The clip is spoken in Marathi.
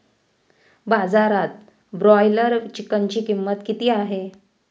बाजारात ब्रॉयलर चिकनची किंमत किती आहे?